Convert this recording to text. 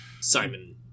simon